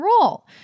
role